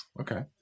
Okay